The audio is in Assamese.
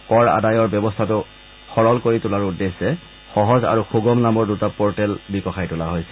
কৰ আদায়ৰ ব্যৱস্থাটো সৰল কৰি তোলাৰ উদ্দেশ্যে সহজ আৰু সুগম নামৰ দুটা পৰ্টেল বিকশায় তোলা হৈছে